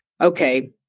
okay